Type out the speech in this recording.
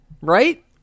right